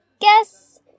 guess